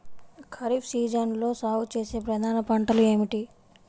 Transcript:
ఖరీఫ్ సీజన్లో సాగుచేసే ప్రధాన పంటలు ఏమిటీ?